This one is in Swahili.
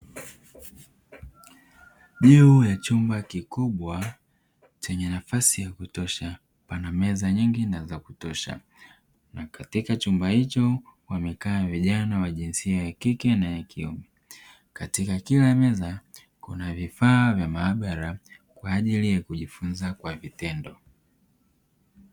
Juu ya chumba kikubwa chenye nafasi ya kutosha pana meza nyingi na za kutosha na katika chumba hicho wamekaa vijana wa jinsia ya kike na ya kiume katika kila meza kuna vifaa vya maabara kwa ajili ya kujifunza kwa vitendo.